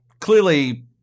clearly